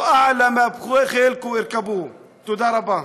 (אומר בערבית: אפילו אם תרכבו על הסוס הגבוה ביותר שלכם.) תודה רבה.